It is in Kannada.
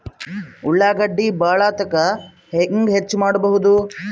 ಉಳ್ಳಾಗಡ್ಡಿ ಬಾಳಥಕಾ ಹೆಂಗ ಹೆಚ್ಚು ಮಾಡಬಹುದು?